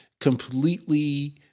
completely